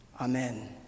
Amen